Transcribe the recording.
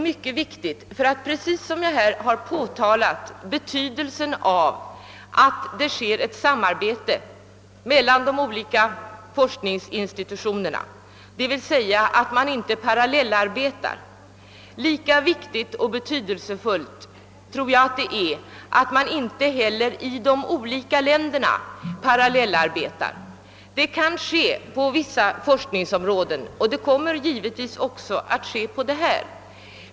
Lika viktigt och betydelsefullt som det är att det kommer till stånd ett samarbete mellan de olika forskningsinstitutionerna så att dessa inte arbetar parallellt utan samordning, lika viktigt och betydelsefullt är det att man inte heller inom olika länder arbetar parallellt utan samverkan. Detta sker kanske inom vissa forskningsområden, och det kommer givetvis också att ske på detta område.